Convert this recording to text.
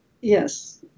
Yes